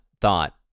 thought